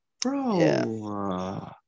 bro